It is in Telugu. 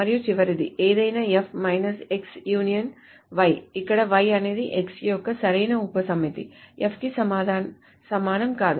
మరియు చివరిది ఏదైనా F minus X union Y ఇక్కడ Y అనేది X యొక్క సరైన ఉపసమితి F కి సమానం కాదు